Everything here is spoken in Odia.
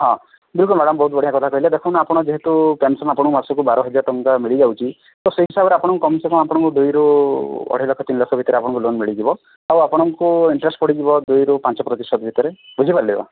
ହଁ ଶୁଣନ୍ତୁ ମ୍ୟାଡ଼ାମ୍ ବହୁତ ବଢ଼ିଆ କଥା କହିଲେ ଦେଖନ୍ତୁ ଆପଣ ଯେହେତୁ ପେନ୍ସନ୍ ଆପଣଙ୍କୁ ମାସକୁ ବାର ହଜାର ଟଙ୍କା ମିଳି ଯାଉଛି ତ ସେଇ ହିସାବରେ ଆଫଣଙ୍କୁ କମିଶନ୍ ଦୁଇରୁ ଅଢ଼େଇ ଲକ୍ଷ ଭିତରେ ଲୋନ୍ ମିଳିଯିବ ଆଉ ଆପଣଙ୍କୁ ଇଣ୍ଟରେଷ୍ଟ୍ ପଡ଼ିଯିବ ଦୁଇରୁ ପାଞ୍ଚ ପ୍ରତିଶତ ଭିତରେ ବୁଝିପାରିଲେ ଆଜ୍ଞା